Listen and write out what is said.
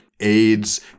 AIDS